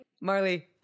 Marley